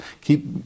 keep